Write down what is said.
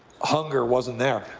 hunger wasn't there.